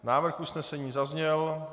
Návrh usnesení zazněl.